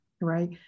right